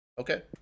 Okay